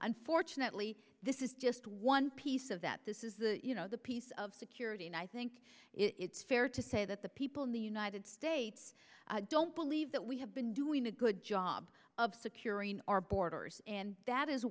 unfortunately this is just one piece of that this is the piece of security and i think it's fair to say that the people in the united states don't believe that we have been doing a good job of securing our borders and that is